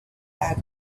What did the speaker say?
had